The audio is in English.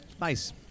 Nice